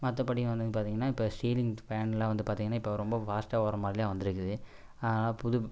மற்ற படி வந்து பார்த்தீங்கனா இப்போ சீலிங் ஃபேன்லாம் வந்து பார்த்தீங்கனா இப்போ ரொம்ப ஃபாஸ்ட்டாக ஓடுகிறா மாதிரியெல்லாம் வந்துருக்குது அதனால புது